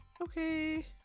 Okay